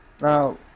Now